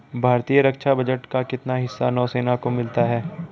भारतीय रक्षा बजट का कितना हिस्सा नौसेना को मिलता है?